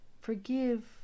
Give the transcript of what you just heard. Forgive